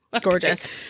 gorgeous